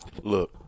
Look